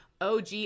OG